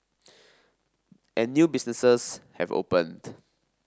and new businesses have opened